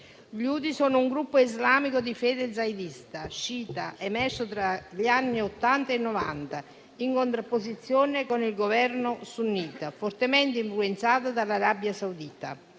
che sono un gruppo islamico di fede zaydita sciita, emerso tra gli anni Ottanta e Novanta in contrapposizione con il Governo sunnita, fortemente influenzato dall'Arabia Saudita,